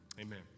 Amen